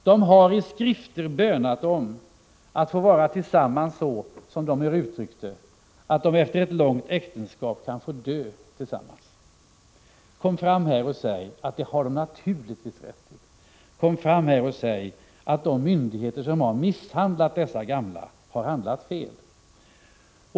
De har i skrifter bönat om att få vara tillsammans så att, som de uttryckt det, de efter ett långt äktenskap kan få dö tillsammans. Kom fram här, civilministern, och säg att det har de naturligtvis rätt till! Kom fram här och säg att de myndigheter som har misshandlat dessa gamla har handlat fel!